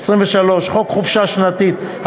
23. חוק חופשה שנתית,